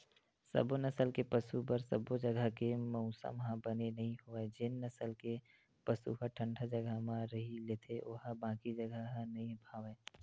सबो नसल के पसु बर सबो जघा के मउसम ह बने नइ होवय जेन नसल के पसु ह ठंडा जघा म रही लेथे ओला बाकी जघा ह नइ भावय